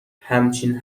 همچین